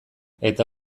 eta